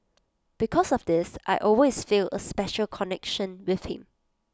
because of this I always feel A special connection with him